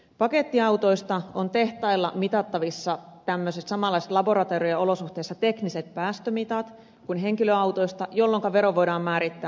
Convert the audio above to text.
pakettiautoista on tehtailla mitattu tämmöiset samanlaiset laboratorio olosuhteissa tehdyt tekniset päästömitat kuin henkilöautoista jolloinka vero voidaan määrittää sen mukaan